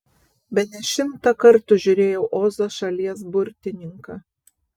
bene šimtą kartų žiūrėjau ozo šalies burtininką